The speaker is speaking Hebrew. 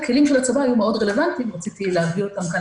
הכלים של הצבא היו מאוד רלוונטיים ורציתי להביא אותם כאן,